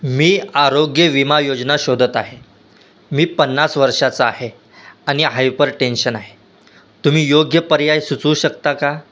मी आरोग्य विमा योजना शोधत आहे मी पन्नास वर्षाचा आहे आणि हायपरटेन्शन आहे तुम्ही योग्य पर्याय सुचवू शकता का